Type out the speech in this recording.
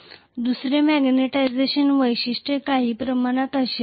दुसरे मॅग्निटायझेशन वैशिष्ट्ये काही प्रमाणात अशी असतील